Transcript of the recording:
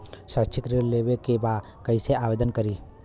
शैक्षिक ऋण लेवे के बा कईसे आवेदन करी?